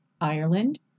Ireland